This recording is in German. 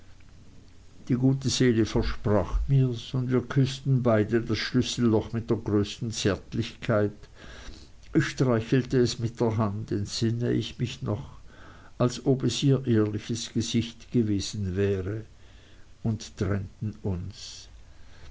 die gute seele versprach mirs und wir küßten beide das schlüsselloch mit der größten zärtlichkeit ich streichelte es mit der hand entsinne ich mich noch als ob es ihr ehrliches gesicht gewesen wäre und trennten uns